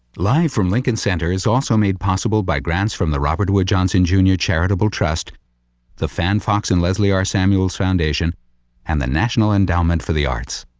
live from lincoln center is also made possible by grants from the robert wood johnson jr. charitable trust the fan fox and leslie r samuels foundation and the national endowment for the arts.